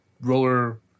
roller